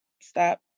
stop